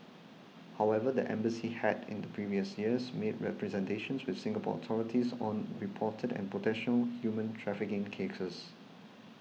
however the embassy had in the previous years made representations with Singapore authorities on reported and potential human trafficking cases